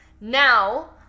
Now